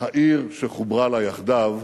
העיר שחוברה לה יחדיו,